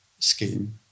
scheme